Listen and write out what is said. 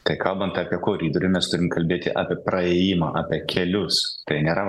tai kalbant apie koridorių mes turim kalbėti apie praėjimą apie kelius tai nėra